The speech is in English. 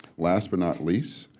last but not least,